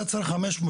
אתה צריך כל חמש,